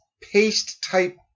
paste-type